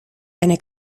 eine